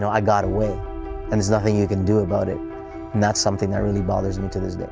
so i got away and there's nothing you can do about it. and that's something that really bothers me to this